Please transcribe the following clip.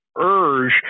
Urge